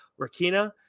Rakina